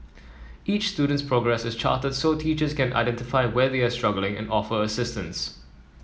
each student's progress is charted so teachers can identify where they are struggling and offer assistance